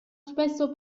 spesso